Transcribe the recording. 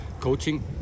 coaching